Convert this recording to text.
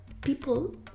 people